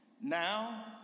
Now